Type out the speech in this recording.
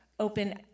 open